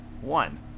one